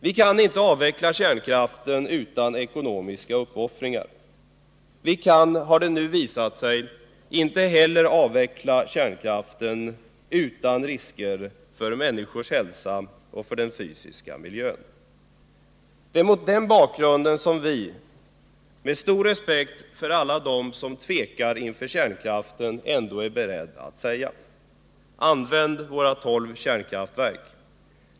Vi kan inte avveckla kärnkraften utan ekonomiska uppoffringar. Vi kan, har det nu visat sig, inte heller avveckla kärnkraften utan risker för människors hälsa och för den fysiska miljön. Det är mot den bakgrunden som vi, med stor respekt för alla dem som tvekar inför kärnkraften, ändå är beredda att säga: Använd våra tolv kärnkraftverk.